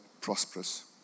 prosperous